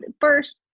first